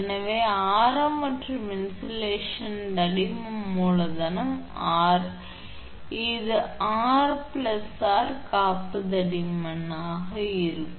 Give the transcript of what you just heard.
எனவே ஆரம் மற்றும் இன்சுலேஷன் தடிமன் மூலதனம் R எனவே ஆர் ஆர் பிளஸ் காப்பு தடிமன் சமமாக இருக்கும்